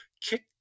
kick